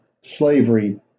slavery